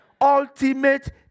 Ultimate